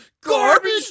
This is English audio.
Garbage